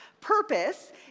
purpose